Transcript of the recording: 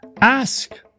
Ask